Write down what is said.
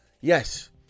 Yes